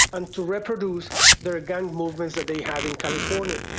and to reproduce their gang movement that they had in california.